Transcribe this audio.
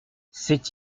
c’est